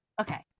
okay